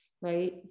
right